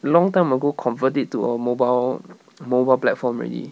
long time ago convert it to a mobile mobile platform already